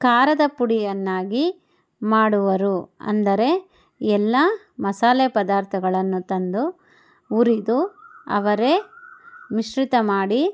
ಖಾರದ ಪುಡಿಯನ್ನಾಗಿ ಮಾಡುವರು ಅಂದರೆ ಎಲ್ಲ ಮಸಾಲೆ ಪದಾರ್ಥಗಳನ್ನು ತಂದು ಹುರಿದು ಅವರೇ ಮಿಶ್ರಿತ ಮಾಡಿ